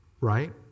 Right